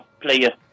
player